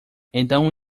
então